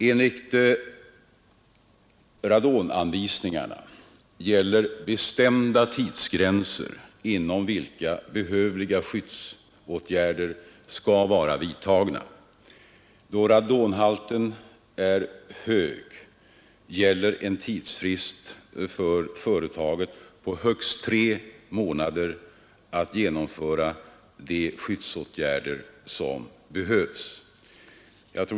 Enligt radonanvisningarna gäller bestämda tidsgränser inom vilka behövliga skyddsåtgärder skall vara vidtagna. Då radonhalten är hög gäller en tidsfrist för företaget på högst 3 månader att genomföra de skyddsåtgärder som behövs.